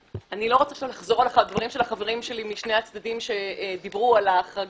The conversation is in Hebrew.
אני לא רוצה לחזור על דברי החברים שלי משני הצדדים שדיברו על ההחרגה,